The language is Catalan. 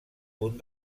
punt